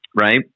right